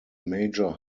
major